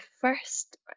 first